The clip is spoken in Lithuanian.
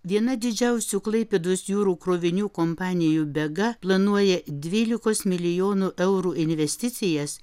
viena didžiausių klaipėdos jūrų krovinių kompanijų bega planuoja dvylikos milijonų eurų investicijas